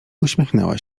uśmiechnęła